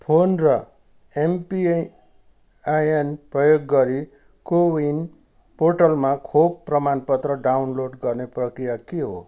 phone र M P I I N प्रयोग गरी कोविन पोर्टलमा खोप प्रमाणपत्र डाउनलोड गर्ने प्रक्रिया के हो